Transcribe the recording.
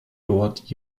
dort